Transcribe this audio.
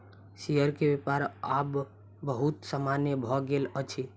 share के व्यापार आब बहुत सामान्य भ गेल अछि